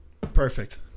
Perfect